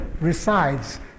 resides